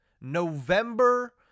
November